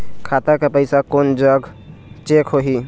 खाता के पैसा कोन जग चेक होही?